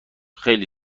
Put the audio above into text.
خیلی